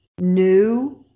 new